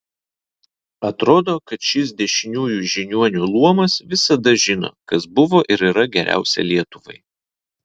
atrodo kad šis dešiniųjų žiniuonių luomas visada žino kas buvo ir yra geriausia lietuvai